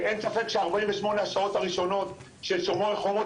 אין ספק ש-48 השעות הראשונות של שומר חומות